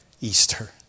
Easter